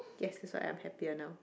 yes that's why I'm happier now